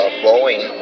blowing